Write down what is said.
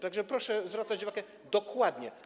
Tak że proszę zwracać uwagę dokładnie.